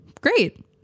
Great